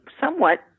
somewhat